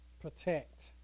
protect